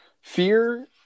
fear